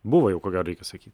buvo jau ko gero reikia sakyti